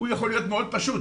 הוא יכול להיות מאוד פשוט,